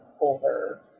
older